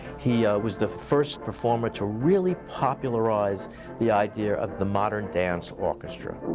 he was the first performer to really popularize the idea of the modern dance orchestra.